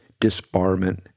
disbarment